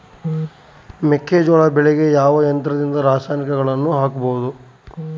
ಮೆಕ್ಕೆಜೋಳ ಬೆಳೆಗೆ ಯಾವ ಯಂತ್ರದಿಂದ ರಾಸಾಯನಿಕಗಳನ್ನು ಹಾಕಬಹುದು?